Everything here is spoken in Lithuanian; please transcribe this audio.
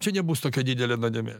čia nebus tokia didelė nuodėmė